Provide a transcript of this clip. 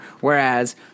whereas